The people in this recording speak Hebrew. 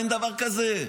אין דבר כזה.